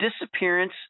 disappearance